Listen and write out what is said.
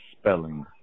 spelling